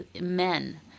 men